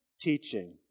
teaching